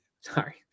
Sorry